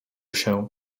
się